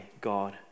God